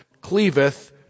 cleaveth